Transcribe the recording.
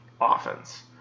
offense